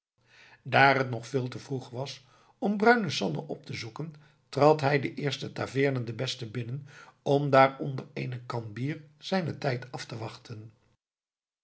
daar het nog veel te vroeg was om bruine sanne op te zoeken trad hij de eerste taveerne de beste binnen om daar onder eene kan bier zijnen tijd af te wachten